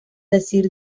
decir